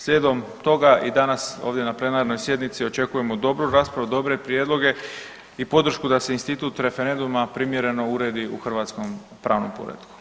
Slijedom toga i danas ovdje na plenarnoj sjednici očekujemo dobru raspravu, dobre prijedloge i podršku da se institut referenduma primjereno uredi u hrvatskom pravnom poretku.